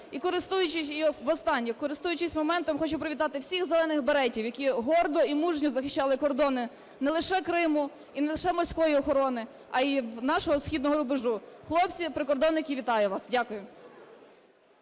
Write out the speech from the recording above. І останнє. Користуючись моментом, хочу привітати всіх "зелених беретів", які гордо і мужньо захищали кордони не лише Криму і не лише морської охорони, а й і нашого східного рубежу. Хлопці-прикордонники, вітаю вас! Дякую.